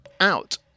out